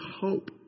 hope